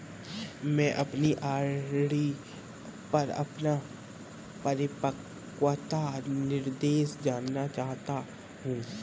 मैं अपनी आर.डी पर अपना परिपक्वता निर्देश जानना चाहता हूँ